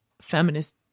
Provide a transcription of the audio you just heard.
feminist